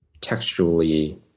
textually